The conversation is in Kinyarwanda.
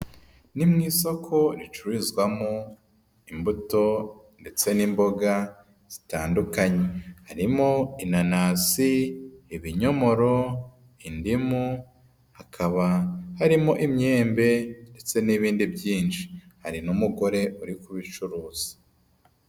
Ni mu isoko ricururizwamo imbuto ndetse n'imboga zitandukanye. Harimo: inanasi, ibinyomoro, indimu, hakaba harimo imyembe ndetse n'ibindi byinshi. Hari n'umugore uri ku bicuruza.